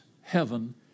heaven